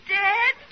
dead